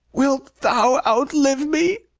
wilt thou outlive me?